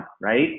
Right